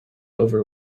over